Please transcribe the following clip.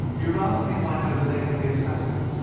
you have asked me if i know the name of the assassin.